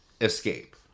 escape